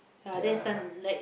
ya